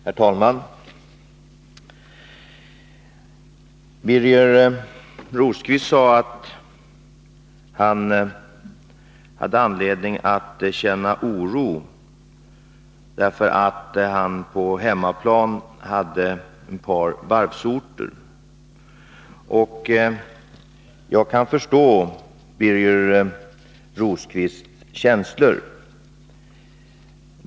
Herr talman! Birger Rosqvist sade att han hade anledning att känna oro, därför att han på hemmaplan hade ett par varvsorter. Jag kan förstå Birger Rosqvists känslor.